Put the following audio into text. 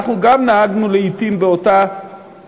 אנחנו גם נהגנו לעתים באותה